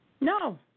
No